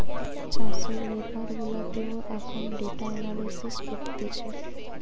চাষের বেপার গুলাতেও এখন ডেটা এনালিসিস করতিছে